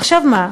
עכשיו, מה?